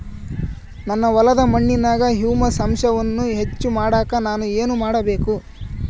ನನ್ನ ಹೊಲದ ಮಣ್ಣಿನಾಗ ಹ್ಯೂಮಸ್ ಅಂಶವನ್ನ ಹೆಚ್ಚು ಮಾಡಾಕ ನಾನು ಏನು ಮಾಡಬೇಕು?